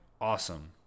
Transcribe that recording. awesome